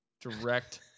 direct